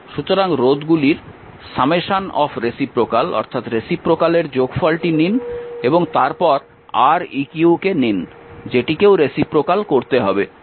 সুতরাং রোধগুলির রেসিপ্রোকালের যোগফল নিন এবং তারপর Req কে নিন যেটিকেও রেসিপ্রোকাল করতে হবে